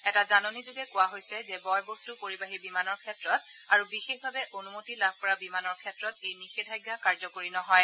এটা জাননীযোগে কোৱা হৈছে যে বয়বস্তু পৰিবাহী বিমানৰ ক্ষেত্ৰত আৰু বিশেষভাৱে অনুমতি লাভ কৰা বিমানৰ ক্ষেত্ৰত এই নিয়েধাজ্ঞা কাৰ্যকৰী নহয়